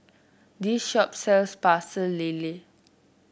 this shop sells Pecel Lele